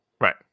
Right